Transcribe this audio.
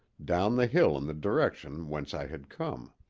down the hill in the direction whence i had come.